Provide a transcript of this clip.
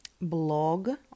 blog